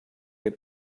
and